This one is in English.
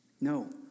No